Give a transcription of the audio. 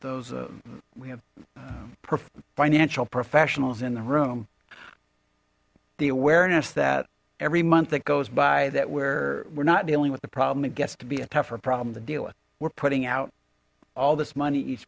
those we have financial professionals in the room the awareness that every month that goes by that we're we're not dealing with the problem it gets to be a tougher problem to deal with we're putting out all this money each